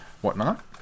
whatnot